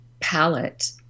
palette